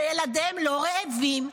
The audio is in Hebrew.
שילדיהם לא רעבים,